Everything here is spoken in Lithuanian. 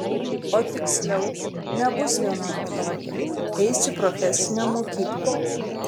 o tiksliau nebus vienuoliktokė eis į profesinę mokyklą